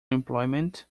employment